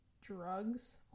drugs